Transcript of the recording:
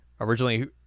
Originally